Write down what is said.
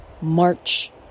march